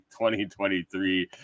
2023